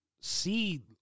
see